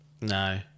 No